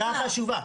אמירה חשובה.